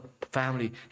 family